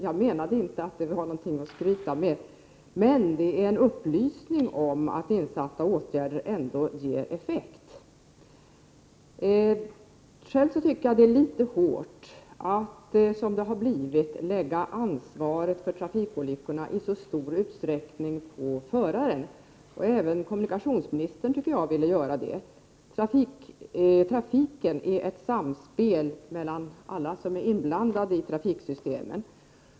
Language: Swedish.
Jag menade inte att det var någonting att skryta med, men det är en upplysning om att insatta åtgärder ändå ger effekt. Själv tycker jag det är litet hårt att, som det blivit, lägga ansvaret för trafikolyckorna i så stor utsträckning på förarna. Även kommunikationsministern tycktes vilja göra det. Trafiken är ett samspel mellan alla som är inblandade i trafiksystemet.